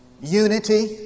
Unity